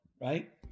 right